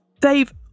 Dave